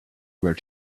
were